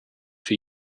for